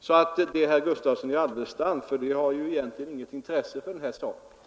Det som herr Gustavsson i Alvesta anför har alltså egentligen inget intresse när det gäller den här saken.